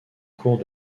cours